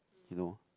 you know